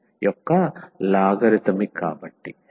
కాబట్టి ఈ Ixefxdx